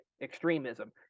extremism